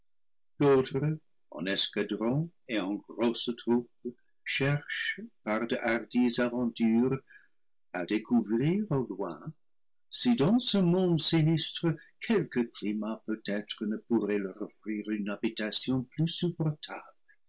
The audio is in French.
en grosses troupes cherchent par de hardies aventures à découvrir au loin si dans ce monde sinistre quelque climat peut-être ne pourrait leur offrir une habitation plus supportable